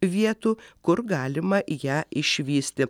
vietų kur galima ją išvysti